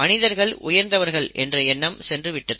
மனிதர்கள் உயர்ந்தவர்கள் என்ற எண்ணம் சென்றுவிட்டது